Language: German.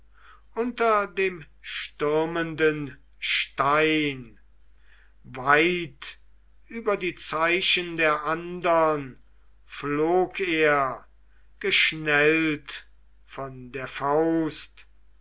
unter dem stürmenden stein weit über die zeichen der andern flog er geschnellt von der faust